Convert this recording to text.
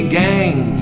gang